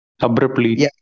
abruptly